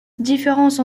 différence